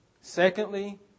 Secondly